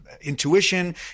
intuition